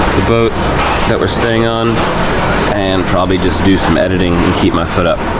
the boat that we're staying on and probably just do some editing and keep my foot up.